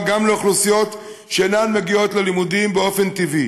גם לאוכלוסיות שאינן מגיעות ללימודים באופן טבעי,